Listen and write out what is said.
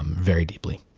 very deeply